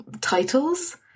titles